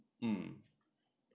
mm